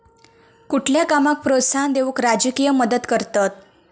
कुठल्या कामाक प्रोत्साहन देऊक राजकीय मदत करतत